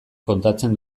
kontatzen